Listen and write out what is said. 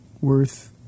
worth